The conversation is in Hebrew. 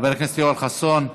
חבר הכנסת יואל חסון,